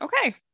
okay